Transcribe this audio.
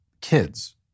kids